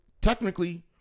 technically